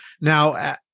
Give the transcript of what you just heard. Now